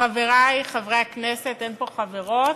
חברי חברי הכנסת, אין פה חברות,